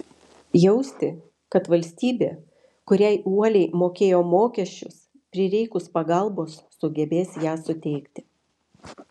jausti kad valstybė kuriai uoliai mokėjo mokesčius prireikus pagalbos sugebės ją suteikti